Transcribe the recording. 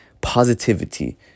positivity